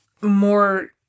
more